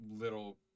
little